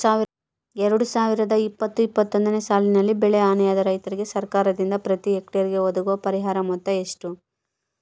ಎರಡು ಸಾವಿರದ ಇಪ್ಪತ್ತು ಇಪ್ಪತ್ತೊಂದನೆ ಸಾಲಿನಲ್ಲಿ ಬೆಳೆ ಹಾನಿಯಾದ ರೈತರಿಗೆ ಸರ್ಕಾರದಿಂದ ಪ್ರತಿ ಹೆಕ್ಟರ್ ಗೆ ಒದಗುವ ಪರಿಹಾರ ಮೊತ್ತ ಎಷ್ಟು?